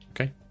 Okay